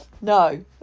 no